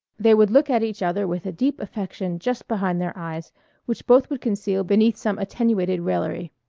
they would look at each other with a deep affection just behind their eyes which both would conceal beneath some attenuated raillery.